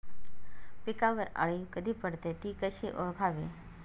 पिकावर अळी कधी पडते, ति कशी ओळखावी?